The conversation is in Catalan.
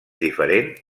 diferent